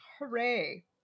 Hooray